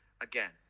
again